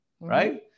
right